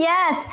Yes